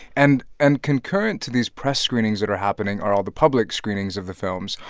and and concurrent to these press screenings that are happening are all the public screenings of the films.